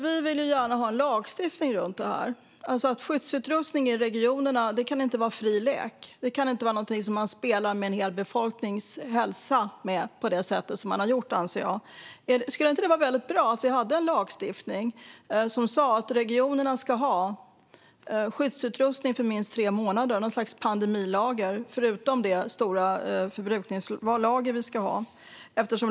Vi vill gärna ha en lagstiftning om detta. Skyddsutrustning i regionerna kan inte vara fri lek - man kan inte spela med en hel befolknings hälsa på det sätt som man har gjort, anser jag. Skulle det inte vara väldigt bra om vi hade en lagstiftning som sa att regionerna ska ha skyddsutrustning för minst tre månader? Detta skulle vara något slags pandemilager förutom det stora förbrukningslager vi ska ha.